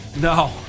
No